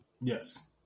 yes